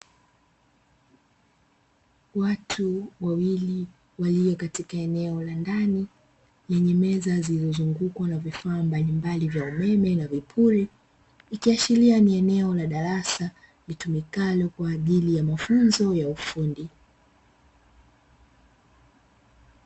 Watu wawili walio katika eneo la ndani lenye meza zilizozungukwa na vifaa mbalimbali vya umeme na vipuri, ikiashiria ni eneo la darasa litumikalo kwa ajili ya mafunzo ya ufundi.